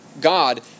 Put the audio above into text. God